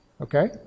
Okay